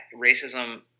racism